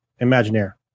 Imagineer